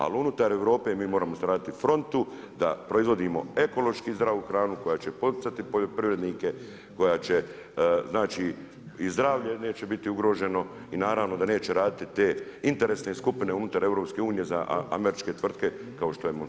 Ali unutar Europe mi moramo stvarati frontu da proizvodimo ekološki zdravu hranu koja će poticati poljoprivrednike koja će znači, i zdravlje neće biti ugroženo i naravno da neće raditi te interesne skupine unutar Eu za američke tvrtke kao što je Monsanto.